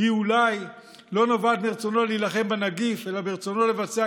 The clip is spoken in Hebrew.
אולי לא נובעת מרצונו להילחם בנגיף אלא מרצונו לבצע